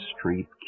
Street